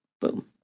Boom